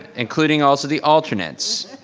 including also the alternates.